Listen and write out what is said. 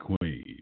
queen